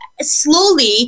slowly